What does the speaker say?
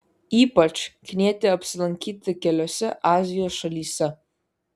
ypač knieti apsilankyti keliose azijos šalyse